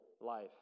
life